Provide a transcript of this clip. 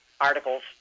articles